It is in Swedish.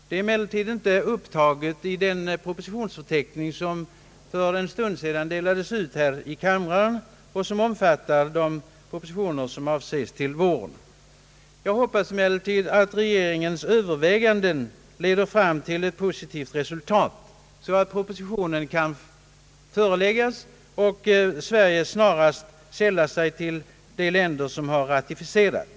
Det är emellertid inte upptaget i den propositionsförteckning som för en stund sedan delades ut i kammaren och som omfattade de propositioner som avses bli lämnade i vår. Jag hoppas emellertid att regeringens Ööverväganden leder fram till ett positivt resultat, så att propositionen kan framläggas snarast och Sverige sälla sig till de länder som har ratificerat.